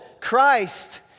christ